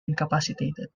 incapacitated